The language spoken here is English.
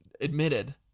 admitted